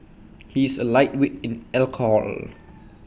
he's A lightweight in alcohol